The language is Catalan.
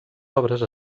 obres